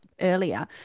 earlier